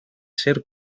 ser